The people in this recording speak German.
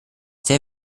sehr